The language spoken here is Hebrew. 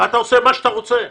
ואתה עושה מה שאתה רוצה.